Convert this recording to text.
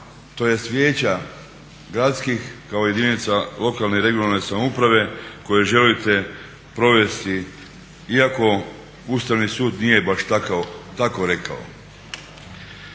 tj. vijeća gradskih kao jedinica lokalne i regionalne samouprave koje želite provesti iako Ustavni sud nije baš tako rekao.